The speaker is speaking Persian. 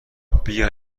بیا